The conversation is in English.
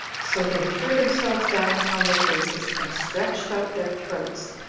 so they threw themselves down upon their faces, and stretched out their throats,